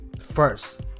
First